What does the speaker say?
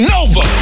Nova